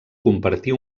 compartir